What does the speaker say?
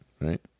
right